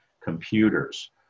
Computers